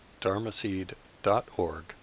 dharmaseed.org